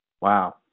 Wow